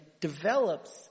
develops